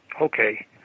okay